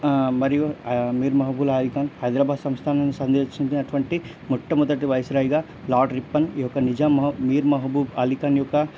మరియు మీర్ మహబూబ్ అలీ ఖాన్ హైదరాబాద్ సంస్థానాన్ని సందర్శించినటువంటి మొట్టమొదటి వైస్రాయ్గా లార్డ్ రిప్పన్ యొక్క నిజాం మ మీర్ మహబూబ్ అలీ ఖాన్ యొక్క